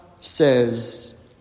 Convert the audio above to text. says